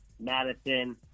madison